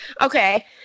Okay